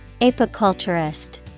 Apiculturist